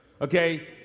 okay